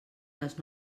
les